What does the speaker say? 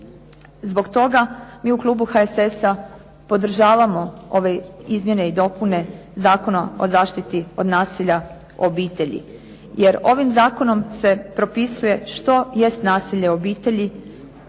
Zbog toga mi u klubu HSS-a podržavamo ove izmjene i dopune Zakona o zaštiti od nasilja u obitelji, jer ovim zakonom se propisuje što jest nasilje u obitelji,